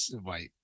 white